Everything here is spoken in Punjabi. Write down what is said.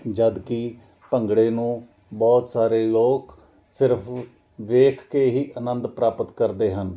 ਜਦੋਂ ਕਿ ਭੰਗੜੇ ਨੂੰ ਬਹੁਤ ਸਾਰੇ ਲੋਕ ਸਿਰਫ ਵੇਖ ਕੇ ਹੀ ਆਨੰਦ ਪ੍ਰਾਪਤ ਕਰਦੇ ਹਨ